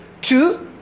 Two